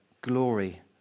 glory